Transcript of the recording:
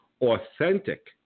Authentic